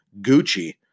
Gucci